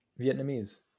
vietnamese